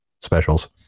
specials